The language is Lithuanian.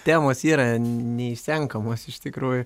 temos yra neišsenkamos iš tikrųjų